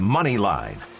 Moneyline